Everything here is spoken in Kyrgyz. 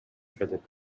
деп